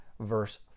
verse